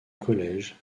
college